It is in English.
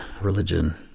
religion